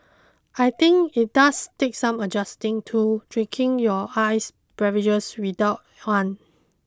I think it does take some adjusting to drinking your iced beverages without one